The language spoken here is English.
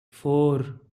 four